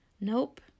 Nope